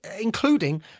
including